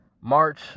March